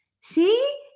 See